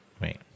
Wait